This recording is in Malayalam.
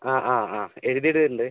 ആ ആ ആ എഴുതിയിടുന്നുണ്ട്